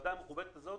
הוועדה המכובדת הזאת